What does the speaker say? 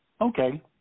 Okay